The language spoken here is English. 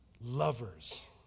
Lovers